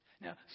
Now